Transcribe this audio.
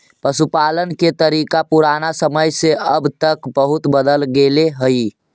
पशुपालन के तरीका पुराना समय से अब तक बहुत बदल गेले हइ